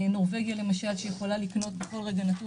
נורבגיה למשל יכולה לקנות בכל רגע נתון